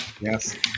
Yes